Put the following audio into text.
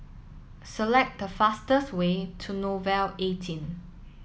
select the fastest way to Nouvel eighteen